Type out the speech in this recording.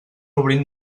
obrint